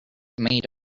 made